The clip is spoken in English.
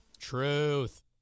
Truth